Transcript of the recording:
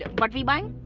ah but we buying?